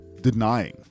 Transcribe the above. denying